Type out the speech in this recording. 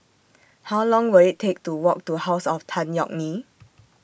How Long Will IT Take to Walk to House of Tan Yeok Nee